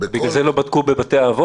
בגלל זה לא בדקו בבתי אבות?